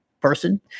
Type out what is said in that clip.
person